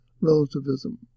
relativism